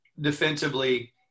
defensively